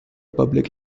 public